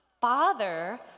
father